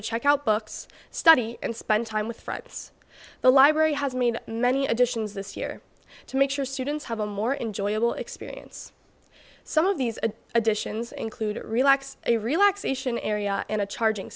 to check out books study and spend time with friends the library has made many additions this year to make sure students have a more enjoyable experience some of these additions include relax a relaxation area and a charging